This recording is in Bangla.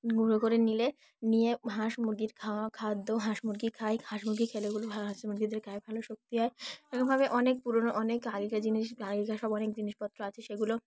গুঁড়ো করে নিলে নিয়ে হাঁস মুরগির খাওয়া খাদ্য হাঁস মুরগি খায় হাঁস মুরগি খেলে ওগুলো হাঁস মুরগিদের গায়ে ভালো শক্তি হয় এরমভাবে অনেক পুরনো অনেক আগেকার জিনিস আগেকার সব অনেক জিনিসপত্র আছে সেগুলো